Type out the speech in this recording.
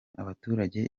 abaturage